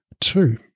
Two